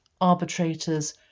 arbitrators